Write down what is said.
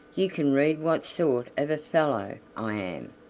you can read what sort of a fellow i am.